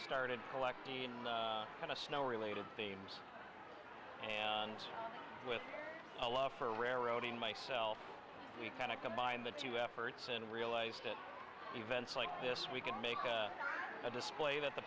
started collecting in kind of snow related themes and with a love for rare road and myself we kind of combined the two efforts and realized that events like this we could make a display that the